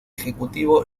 ejecutivo